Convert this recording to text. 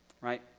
right